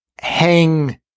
hang